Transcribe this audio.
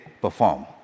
perform